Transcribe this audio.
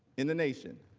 in the nation.